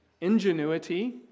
ingenuity